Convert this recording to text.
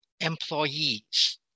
employees